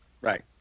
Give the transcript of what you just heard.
Right